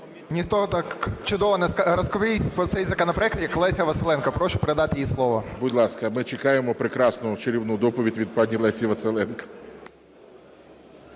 Ніхто так чудово не розповість про цей законопроект, як Леся Василенко. Прошу передати їй слово. ГОЛОВУЮЧИЙ. Будь ласка, ми чекаємо прекрасну чарівну доповідь від пані Лесі Василенко.